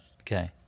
Okay